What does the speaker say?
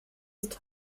ist